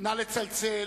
נא לצלצל,